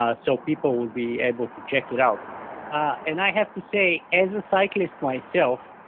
ah so people will be able to check it out and i have to say, as a cyclist myself,